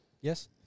Yes